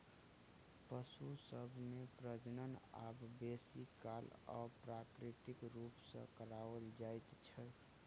पशु सभ मे प्रजनन आब बेसी काल अप्राकृतिक रूप सॅ कराओल जाइत छै